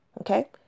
okay